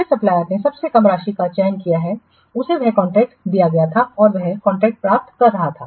जिस सप्लायर्स ने सबसे कम राशि का चयन किया है उसे वह कॉन्ट्रैक्ट दिया गया था और वह कॉन्ट्रैक्ट प्राप्त कर रहा था